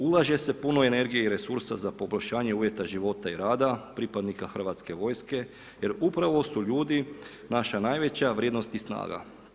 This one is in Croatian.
Ulaže se puno energije i resursa za poboljšanje uvjeta života i rada pripadnika Hrvatske vojske jer upravo su ljudi naša najveća vrijednost i snaga.